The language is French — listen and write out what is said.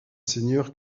seigneur